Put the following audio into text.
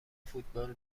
فوتبال